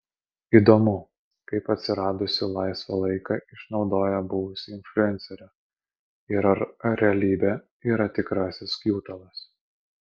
įdomu kaip atsiradusį laisvą laiką išnaudoja buvusi influencerė ir ar realybė yra tikrasis kjutalas